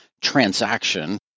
transaction